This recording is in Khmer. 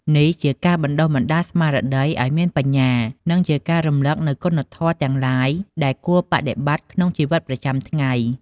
នេះជាការបណ្ដុះបណ្ដាលស្មារតីឱ្យមានបញ្ញា និងជាការរំលឹកនូវគុណធម៌ទាំងឡាយដែលគួរបដិបត្តិក្នុងជីវិតប្រចាំថ្ងៃ។